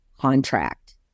contract